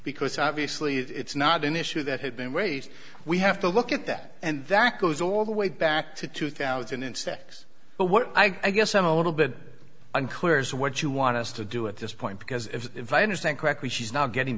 because obviously it's not an issue that had been raised we have to look at that and that goes all the way back to two thousand insects but what i guess i'm a little bit unclear is what you want us to do at this point because if i understand correctly she's not getting